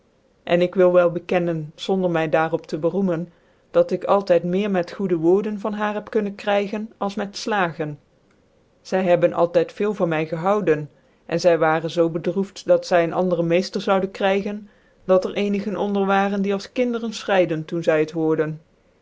en ik wil wel bekennen zonder my daar op tc beroemen dat ik altyd meer met goede woorden van haar heb kunnen krijgen als met hagen zy hebben altijd veel van my gehouden en zy waren zoo bedroeft dat zy een andere meefter zoude krijgen dat er cenigc onder waren die als kinderen fchrcided toen zy het hoorde